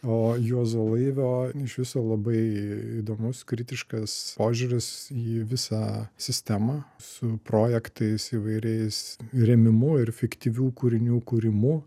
o juozo laivio iš viso labai įdomus kritiškas požiūris į visą sistemą su projektais įvairiais rėmimu ir fiktyvių kūrinių kūrimu